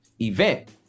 event